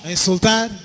Insultar